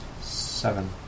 Seven